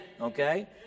Okay